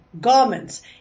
garments